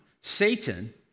Satan